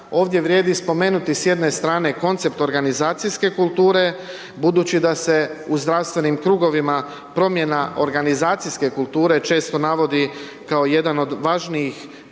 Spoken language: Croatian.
Ovdje vrijedi spomenuti s jedne strane koncept organizacijske kulture budući da se u zdravstvenim krugovima promjena organizacijske kulture često navodi kao jedan od važnijih